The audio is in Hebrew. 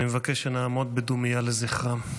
אני מבקש שנעמוד בדומייה לזכרם.